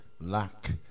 lack